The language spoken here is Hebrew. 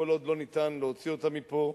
כל עוד לא ניתן להוציא אותם מפה,